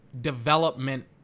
development